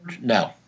No